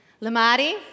Lamari